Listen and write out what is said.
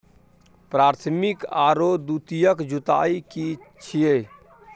प्राथमिक आरो द्वितीयक जुताई की छिये?